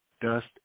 dust